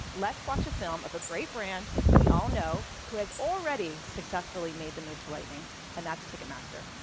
let's watch a film of a great brand we all know, who has already successfully made the move to lightning and that's ticketmaster,